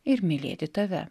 ir mylėti tave